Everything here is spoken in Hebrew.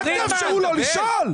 רק תאפשרו לו לשאול.